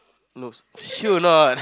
nose sure or not